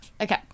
Okay